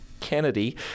Kennedy